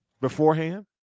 beforehand